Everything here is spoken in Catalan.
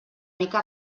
mica